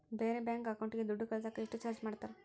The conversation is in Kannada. ಬೇರೆ ಬ್ಯಾಂಕ್ ಅಕೌಂಟಿಗೆ ದುಡ್ಡು ಕಳಸಾಕ ಎಷ್ಟು ಚಾರ್ಜ್ ಮಾಡತಾರ?